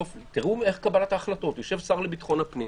תראו איך מתבצעת קבלת ההחלטות יושב השר לביטחון הפנים,